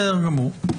בסדר גמור.